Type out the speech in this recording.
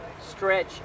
stretch